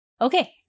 Okay